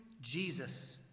Jesus